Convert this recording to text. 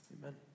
amen